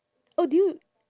oh did you